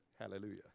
Hallelujah